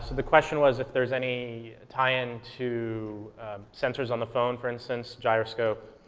the question was if there's any tie-in to sensors on the phone, for instance, gyroscope.